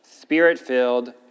spirit-filled